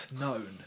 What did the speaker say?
known